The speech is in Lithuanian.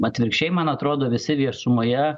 atvirkščiai man atrodo visi viešumoje